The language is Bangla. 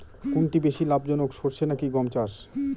কোনটি বেশি লাভজনক সরষে নাকি গম চাষ?